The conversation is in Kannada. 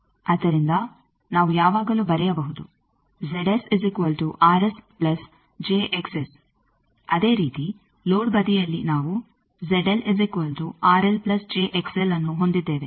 ಆದ್ದರಿಂದ ನಾವು ಯಾವಾಗಲೂ ಬರೆಯಬಹುದು ಅದೇ ರೀತಿ ಲೋಡ್ ಬದಿಯಲ್ಲಿ ನಾವು ಅನ್ನು ಹೊಂದಿದ್ದೇವೆ